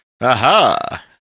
Aha